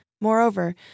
Moreover